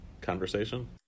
conversation